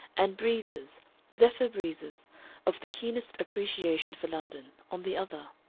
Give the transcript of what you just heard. and breezes zephyr breezes of the keenest appreciation for london, on the other.